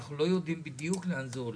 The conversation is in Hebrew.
אנחנו לא יודעים בדיוק לאן זה הולך.